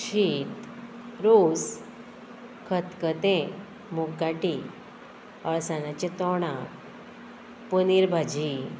शीत रोस खतखतें मुगगाटी अळसाण्याचें तोणाक पनीर भाजी